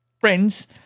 friends